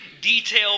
detail